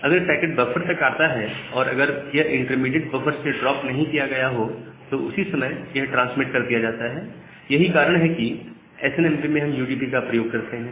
अगर packet buffer तक आता है और अगर यह इंटरमीडिएट बफर से ड्रॉप नहीं किया गया हो तो उसी समय यह ट्रांसमिट कर दिया जाता है यही कारण है कि एसएनएमपी में हम यूडीपी का प्रयोग करते हैं